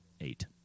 eight